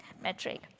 metric